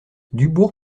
dubourg